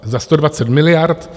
Za sto dvacet miliard.